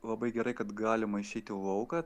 labai gerai kad galima išeiti į lauką